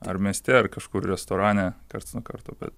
ar mieste ar kažkur restorane karts nuo karto bet